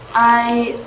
i